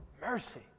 Mercy